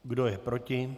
Kdo je proti?